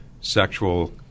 sexual